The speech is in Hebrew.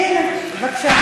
הנה, בבקשה.